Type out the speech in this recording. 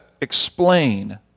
explain